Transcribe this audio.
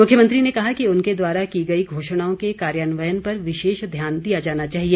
मुख्यमंत्री ने कहा कि उनके द्वारा की गई घोषणाओं के कार्यान्वयन पर विशेष ध्यान दिया जाना चाहिए